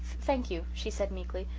thank you, she said meekly,